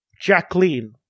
Jacqueline